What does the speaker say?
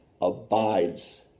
abides